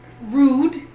Rude